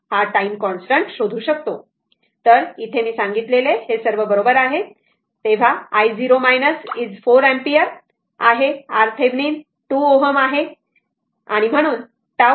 तर इथे मी सांगितलेले सर्व बरोबर आहे तरी i0 - 4 अँपिअर आहे RThevenin 2 Ω हे मी तुम्हाला सांगितले आहे